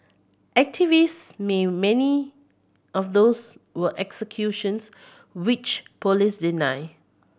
activist may many of those were executions which police deny